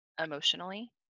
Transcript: emotionally